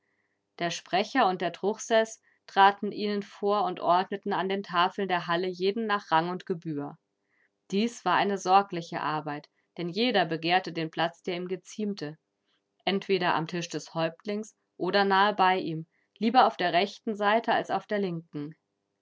der sprecher und der truchseß traten ihnen vor und ordneten an den tafeln der halle jeden nach rang und gebühr dies war eine sorgliche arbeit denn jeder begehrte den platz der ihm geziemte entweder am tisch des häuptlings oder nahe bei ihm lieber auf der rechten seite als auf der linken